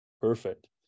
Perfect